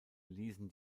ließen